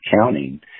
counting